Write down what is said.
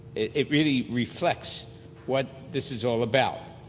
it really reflects what this is all about.